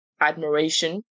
admiration